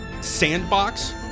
sandbox